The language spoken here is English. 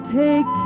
take